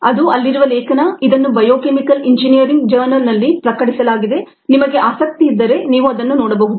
ಅದು ಅಲ್ಲಿರುವ ಲೇಖನ ಇದನ್ನು ಬಯೋಕೆಮಿಕಲ್ ಎಂಜಿನಿಯರಿಂಗ್ ಜರ್ನಲ್ನಲ್ಲಿ ಪ್ರಕಟಿಸಲಾಗಿದೆ ನಿಮಗೆ ಆಸಕ್ತಿ ಇದ್ದರೆ ನೀವು ಅದನ್ನು ನೋಡಬಹುದು